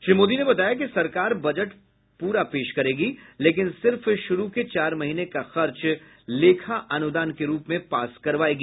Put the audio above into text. श्री मोदी ने बताया कि सरकार बजट पूरा पेश करेगी लेकिन सिर्फ शुरू के चार महीने का खर्च लेखा अनुदान के रूप में पास करवायेगी